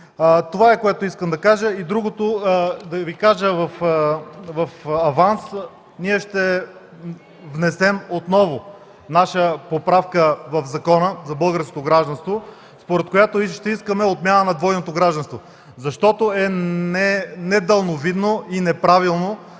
Това е, което искам да кажа. Другото, да Ви кажа в аванс, че ние ще внесем отново наша поправка в Закона за българското гражданство, според която ще искаме отмяна на двойното гражданство, защото е недалновидно и неправилно